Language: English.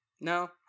No